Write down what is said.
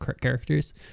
characters